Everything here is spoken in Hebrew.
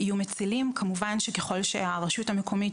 כמובן שככול שהרשות המקומית,